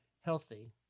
healthy